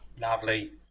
lovely